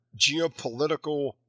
geopolitical